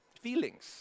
Feelings